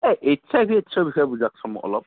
A H I V এইডচৰ বিষয়ে বুজাওকচোন মোক অলপ